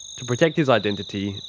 to protect his identity,